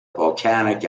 volcanic